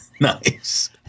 Nice